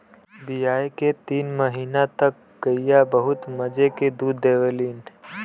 बियाये के तीन महीना तक गइया बहुत मजे के दूध देवलीन